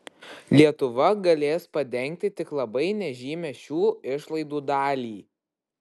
lietuva galės padengti tik labai nežymią šių išlaidų dalį